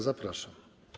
Zapraszam.